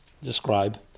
describe